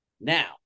now